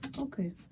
okay